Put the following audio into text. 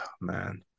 man